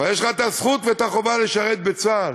אבל יש לך את הזכות ואת החובה לשרת בצה"ל,